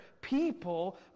people